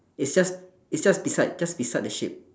it's just it's just beside just beside the sheep